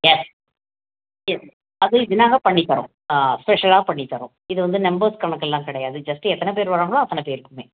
S yes அதே இது நாங்கள் பண்ணித் தரோம் ஆ ஸ்பெஷலாக பண்ணித் தரோம் இது வந்து நம்பர்ஸ் கணக்கெல்லாம் கிடையாது ஜஸ்ட்டு எத்தனைப் பேர் வராங்களோ அத்தனைப் பேருக்குமே